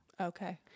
Okay